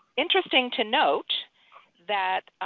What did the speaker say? interesting to note that